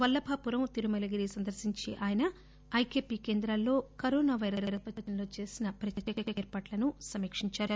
వల్లభాపురం తిరుమలగిరి సందర్శించి ఆయన ఐకేపీ కేంద్రాల్లో కరోనా వైరస్ సేపథ్యంలో చేసిన ప్రత్యేక ఏర్పాట్లను సమీక్షించారు